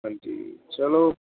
ਹਾਂਜੀ ਚਲੋ